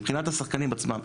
מבחינת השחקנים עצמם.